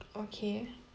okay